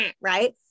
right